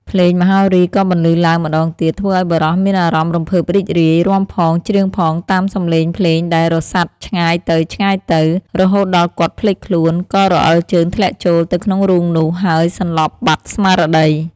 ភ្លេង មហោរីក៏បន្លឺឡើងម្តងទៀត ធ្វើអោយបុរសមានអារម្មណ៍ រំភើបរីករាយ រាំផងច្រៀងផងតាមសំលេងភ្លេងដែល រសាត់ឆ្ងាយទៅៗ រហូតដល់គាត់ភ្លេចខ្លួន ក៏រអិលជើងធ្លាក់ចូលក្នុងរូងនោះ ហើយសន្លប់បាត់ស្មារតី ។